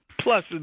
plus